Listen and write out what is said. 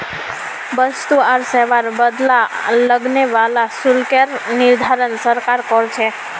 वस्तु आर सेवार बदला लगने वाला शुल्केर निर्धारण सरकार कर छेक